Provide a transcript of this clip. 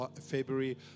February